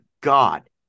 god